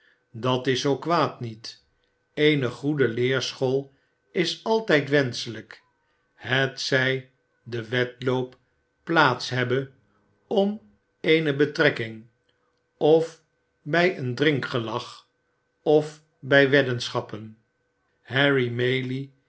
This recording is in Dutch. dat is zoo kwaad niet eene goede leerschool is altijd wenschelijk hetzij de wedloop plaats hebbe om eene betrekking of bij een drinkgelag of bij weddenschappen harry maylie